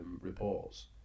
reports